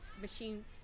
machine